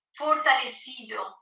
fortalecido